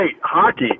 hockey